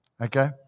Okay